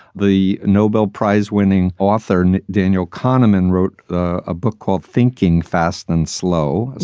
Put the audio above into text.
the nobel prize winning author and daniel kahneman wrote a book called thinking fast and slow.